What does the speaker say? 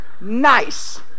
nice